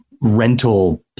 rental